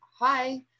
hi